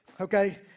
Okay